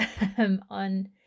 on